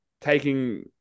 taking